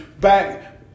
Back